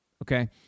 Okay